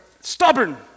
stubborn